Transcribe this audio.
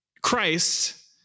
Christ